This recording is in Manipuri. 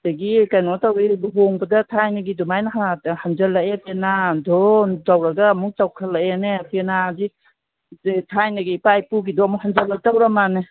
ꯑꯗꯒꯤ ꯀꯩꯅꯣ ꯇꯧꯏ ꯂꯨꯍꯣꯡꯕꯗ ꯊꯥꯏꯅꯒꯤ ꯑꯗꯨꯃꯥꯏꯅ ꯍꯟꯖꯜꯂꯛꯑꯦ ꯄꯦꯅꯥ ꯙꯣꯟ ꯇꯧꯔꯒ ꯑꯃꯨꯛ ꯇꯧꯈꯠꯂꯛꯑꯦꯅꯦ ꯄꯦꯅꯥꯁꯤ ꯊꯥꯏꯅꯒꯤ ꯏꯄꯥ ꯏꯄꯨꯒꯤꯗꯣ ꯑꯃꯨꯛ ꯍꯟꯖꯜꯂꯛꯇꯣꯔ ꯃꯥꯜꯂꯦ